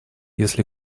если